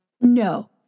No